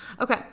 Okay